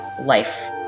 life